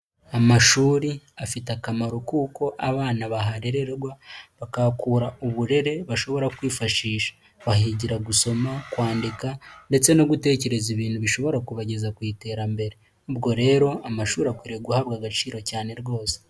Amashuri afite akamaro kuko abana baharererwa bakahakura uburere, bashobora kwifashisha bahigira gusoma kwandika ndetse no gutekereza ibintu bishobora kubageza ku iterambere, ubwo rero amashuri akwiriye guhabwa agaciro cyane rwose.